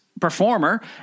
performer